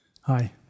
Hi